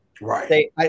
Right